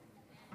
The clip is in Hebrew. נתחיל?